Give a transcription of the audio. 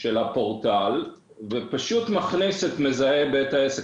של הפורטל ופשוט מקליד את המזהה של בית העסק,